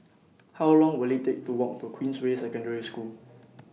How Long Will IT Take to Walk to Queensway Secondary School